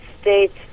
states